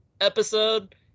episode